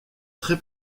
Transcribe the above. très